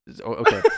Okay